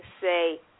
say